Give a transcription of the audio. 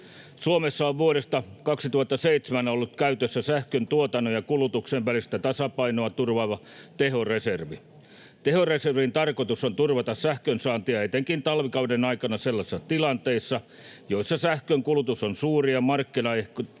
Suomessa on vuodesta 2007 ollut käytössä sähköntuotannon ja ‑kulutuksen välistä tasapainoa turvaava tehoreservi. Tehoreservin tarkoitus on turvata sähkönsaantia etenkin talvikauden aikana sellaisissa tilanteissa, joissa sähkönkulutus on suuri ja markkinaehtoinen